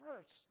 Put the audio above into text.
first